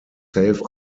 safe